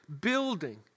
building